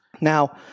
Now